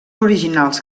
originals